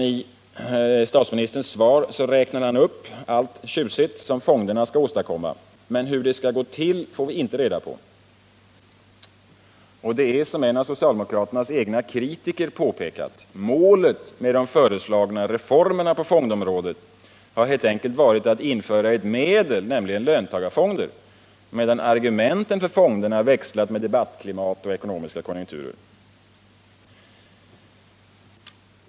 I sitt svar räknar statsministern upp allt tjusigt som fonderna skall åstadkomma, men hur det skall gå till får vi inte reda på. Det är som en av socialdemokraternas egna kritiker påpekat: målet med de föreslagna reformerna på fondområdet har helt enkelt varit att införa ett medel, nämligen löntagarfonder, medan argumenten för fonderna växlat med debattklimat och ekonomiska konjunkturer.